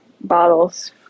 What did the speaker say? bottles